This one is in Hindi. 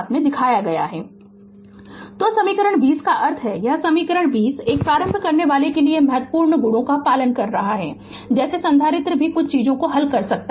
Refer Slide Time 1414 तो समीकरण 20 का अर्थ है यह समीकरण 20 एक प्रारंभ करनेवाला के महत्वपूर्ण गुणों का पालन कर रहा है जैसे संधारित्र भी कुछ चीजो को हल कर सकता है